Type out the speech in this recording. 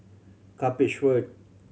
Cuppage Road